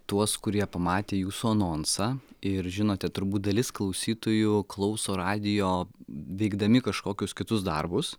tuos kurie pamatė jūsų anonsą ir žinote turbūt dalis klausytojų klauso radijo veikdami kažkokius kitus darbus